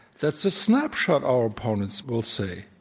that's a snapshot, our opponents will say